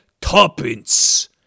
tuppence